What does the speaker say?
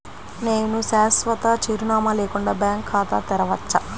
నేను శాశ్వత చిరునామా లేకుండా బ్యాంక్ ఖాతా తెరవచ్చా?